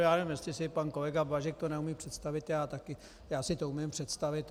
Já jenom jestli si to pan kolega Blažek neumí představit, já taky, já si to umím představit.